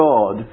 God